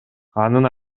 анын